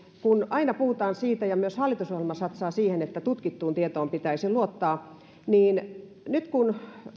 kun aina puhutaan siitä ja myös hallitusohjelma satsaa siihen että tutkittuun tietoon pitäisi luottaa niin nyt kun